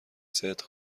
صدق